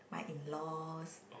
my in laws